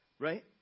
right